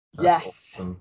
Yes